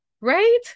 right